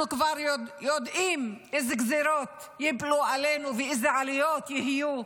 אנחנו כבר יודעים איזה גזרות ייפלו עלינו ואיזה עליות יהיו,